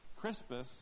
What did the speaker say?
Crispus